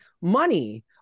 money